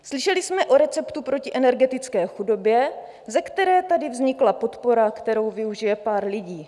Slyšeli jsme o receptu proti energetické chudobě, ze které tady vznikla podpora, kterou využije pár lidí.